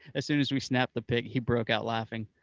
as soon as we snapped the picture, he broke out laughing.